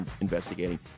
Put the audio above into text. investigating